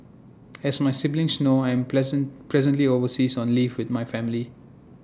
as my siblings known I am present presently overseas on leave with my family